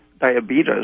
diabetes